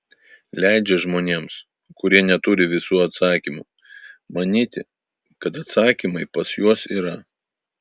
leidžia žmonėms kurie neturi visų atsakymų manyti kad atsakymai pas juos yra